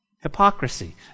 Hypocrisy